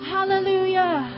Hallelujah